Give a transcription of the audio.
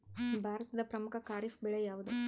ಭಾರತದ ಪ್ರಮುಖ ಖಾರೇಫ್ ಬೆಳೆ ಯಾವುದು?